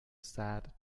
sad